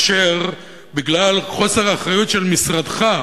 אשר חוסר האחריות של משרדך,